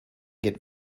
get